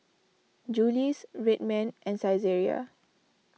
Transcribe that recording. Julie's Red Man and Saizeriya